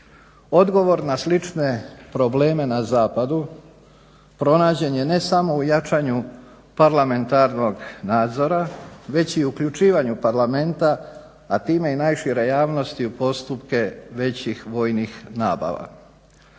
Odgovor na slične probleme na zapadu pronađen je ne samo u jačanju parlamentarnog nadzora, već i uključivanju parlamenta, a time i najšire javnosti u postupke većih vojnih nabava.